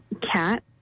cat